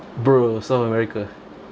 bro south america